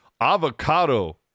Avocado